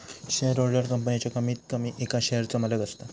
shareholder कंपनीच्या कमीत कमी एका शेयरचो मालक असता